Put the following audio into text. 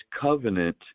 covenant